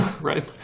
Right